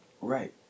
Right